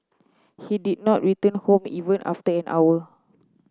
he did not return home even after an hour